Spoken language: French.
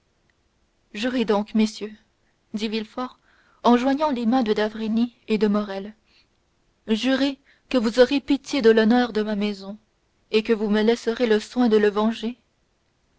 jurez donc messieurs dit villefort en joignant les mains de d'avrigny et de morrel jurez que vous aurez pitié de l'honneur de ma maison et que vous me laisserez le soin de le venger